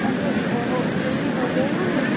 اَسہِ اوس ہُہ شمیٖنا زٲنۍ وُن حظ